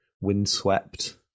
windswept